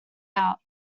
out